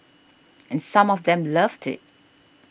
and some of them loved it